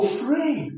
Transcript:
free